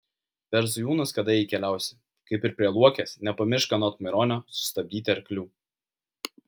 per zujūnus kada jei keliausi kaip ir prie luokės nepamiršk anot maironio sustabdyti arklių